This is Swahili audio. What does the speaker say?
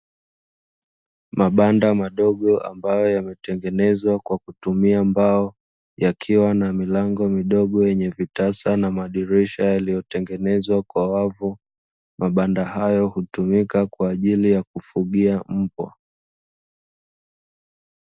Mabanda madogo ambayo yametengenezwa kwa kutumia mbao yakiwa na milango midogo yenye vitasa na madirisha, yaliyotengenezwa kwa wavu mabanda hayo hutumika kwa ajili ya kufugia mbwa.